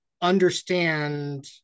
understand